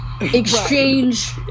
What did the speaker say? exchange